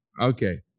Okay